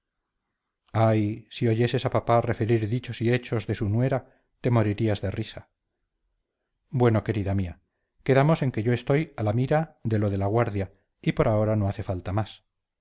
ay si oyeses a papá referir dichos y hechos de su nuera te morirías de risa bueno querida mía quedamos en que yo estoy a la mira de lo de la guardia y por ahora no hace falta más